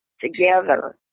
together